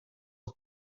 are